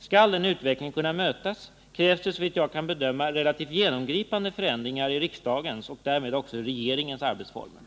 Skall den utvecklingen kunna mötas krävs det såvitt jag kan bedöma relativt genomgripande förändringar i riksdagens och därmed också regeringens arbetsformer.